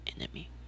enemy